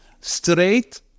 straight